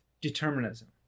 determinism